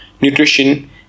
nutrition